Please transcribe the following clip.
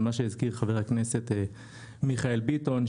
זה מה שהזכיר חבר הכנסת מיכאל ביטון,